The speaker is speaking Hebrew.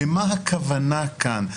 למה הכוונה כאן?